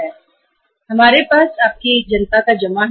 उसके बाद हमारे पास जनता द्वारा जमा है